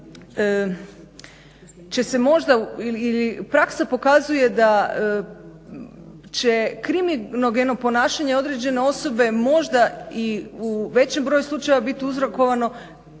će se možda ili praksa pokazuje da će kriminogeno ponašanje određene osobe možda i u većem broju slučajeva biti uzrokovano